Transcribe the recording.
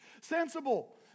Sensible